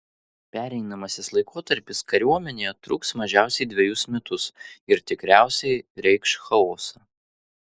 pereinamasis laikotarpis kariuomenėje truks mažiausiai dvejus metus ir tikriausiai reikš chaosą